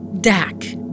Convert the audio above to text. Dak